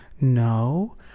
no